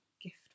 gift